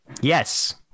yes